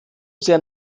sehr